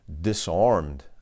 disarmed